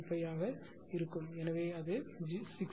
0235 ஆக இருக்கும் எனவே அது 60